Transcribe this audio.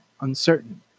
uncertain